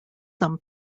some